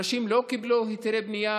אנשים לא קיבלו היתרי בנייה